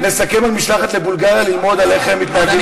נסכם על משלחת לבולגריה ללמוד על איך הם מתנהגים,